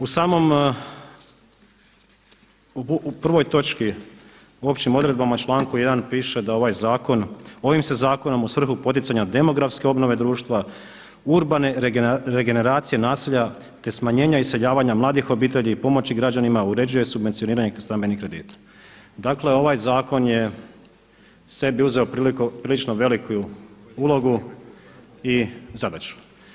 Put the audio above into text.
U samom, u prvoj točki u općim odredbama članku 1. piše da ovaj zakon, „ovim se zakonom u svrhu poticanja demografske obnove društva, urbane regeneracije naselja, te smanjenja iseljavanja mladih obitelji i pomoći građanima uređuje subvencioniranje stambenih kredita“ Dakle, ovaj zakon je sebi uzeo prilično veliku ulogu i zadaću.